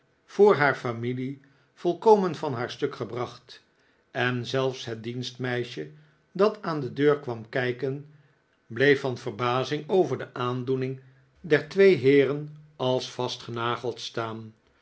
voor haar familie volkomen van haar stuk gebracht en zelfs het dienstmeisje dat aan de deur kwam kijken bleef van verbazing over de aandoening der twee heeren als vastgenageld staan